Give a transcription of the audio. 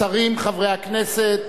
השרים, חברי הכנסת,